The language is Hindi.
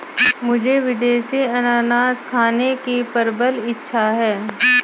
मुझे विदेशी अनन्नास खाने की प्रबल इच्छा है